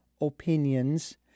opinions